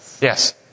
Yes